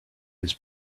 his